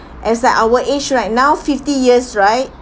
as like our age right now fifty years right